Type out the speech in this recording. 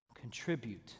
Contribute